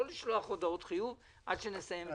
לא לשלוח הודעות חיוב עד שנסיים.